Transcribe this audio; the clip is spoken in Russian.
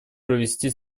провести